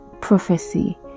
prophecy